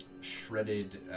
shredded